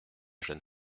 jeune